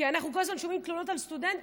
כי אנחנו כל הזמן שומעים תלונות שהסטודנטים